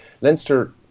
Leinster